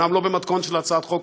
אומנם לא במתכונת של הצעת חוק,